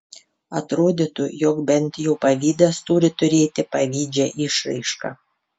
atrodytų jog bent jau pavydas turi turėti pavydžią išraišką